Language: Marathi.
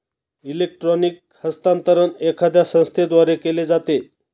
इलेक्ट्रॉनिक हस्तांतरण एखाद्या संस्थेद्वारे केले जाते